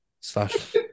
slash